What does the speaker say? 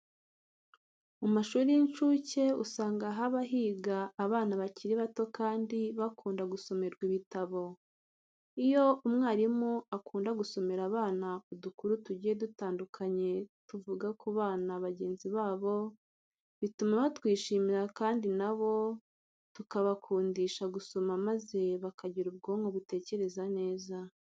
Mu mashuri y'incuke usanga haba higa abana bakiri bato kandi bakunda gusomerwa ibitabo. Iyo umwarimu akunda gusomera abana udukuru tugiye dutandukanye tuvuga ku bana bagenzi babo, bituma batwishimira kandi na bo tukabakundisha gusoma maze bakagira ubwonko butekereza neza.